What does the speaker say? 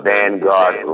Vanguard